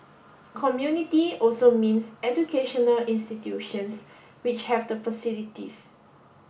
community also means educational institutions which have the facilities